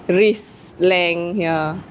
wrist length ya